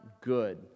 good